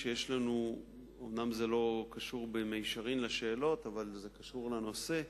אומנם זה לא קשור במישרין לשאלות אבל זה קשור לנושא,